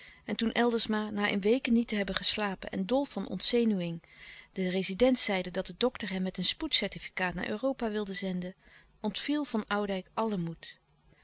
en toen eldersma na in weken niet te hebben geslapen en dol van ontzenuwing den rezident zeide dat de dokter hem met een spoedcertificaat naar europa wilde zenden ontviel van oudijck alle moed